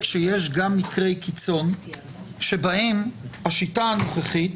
שיש גם מקרי קיצון שבהם השיטה הנוכחית